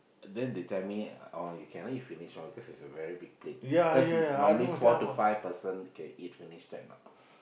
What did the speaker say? then they tell me oh you cannot eat finish one because it's a very big plate cause normally four to five person can eat finish that much